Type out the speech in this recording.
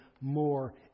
more